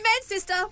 sister